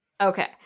Okay